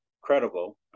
credible